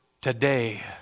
Today